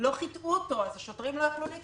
שלא חיטאו אותו והשוטרים לא יכלו להיכנס